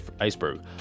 iceberg